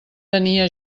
tenia